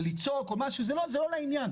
ולצעוק או משהו זה לא לעניין.